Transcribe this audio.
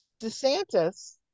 DeSantis